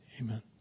Amen